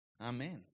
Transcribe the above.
Amen